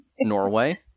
Norway